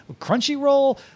Crunchyroll